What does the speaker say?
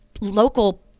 local